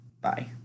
Bye